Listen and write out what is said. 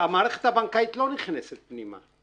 המערכת הבנקאית לא נכנסת פנימה.